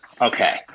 Okay